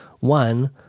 One